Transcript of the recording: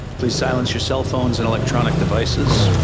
please silence your cell phones and electronic devices.